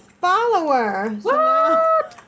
follower